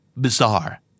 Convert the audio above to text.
bizarre